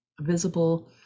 visible